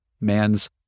man's